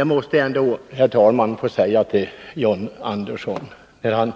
Först måste jag emellertid, herr talman, få säga några ord till John Andersson, som